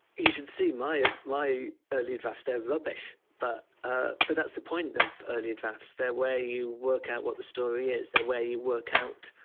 you should see my ah my early drafts they're rubbish, but ah but that's the point of early drafts, they're where you work out what the story is, where you work out,